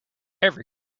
every